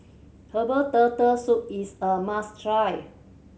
herbal Turtle Soup is a must try